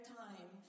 time